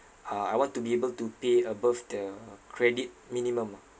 uh I want to be able to pay above the credit minimum ah